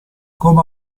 come